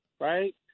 right